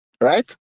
right